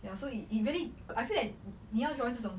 ya so it really I feel that 你要 join 这种: zhe zhong